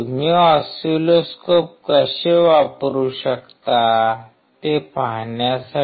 तुम्ही ऑसिलोस्कोप कसे वापरू शकता ते पाहण्यासाठी